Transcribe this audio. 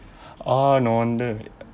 ah no wonder